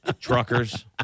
Truckers